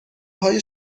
های